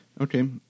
Okay